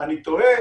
אני תוהה